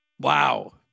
Wow